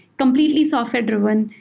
completely software-driven.